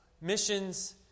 missions